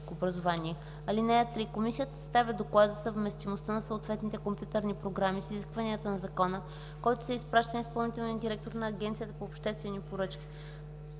(3) Комисията съставя доклад за съвместимостта на съответните компютърни програми с изискванията на закона, който се изпраща на изпълнителния директор на Агенцията по обществени поръчки.